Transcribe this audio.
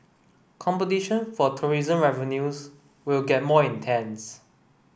competition for tourism revenues will get more intense